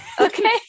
Okay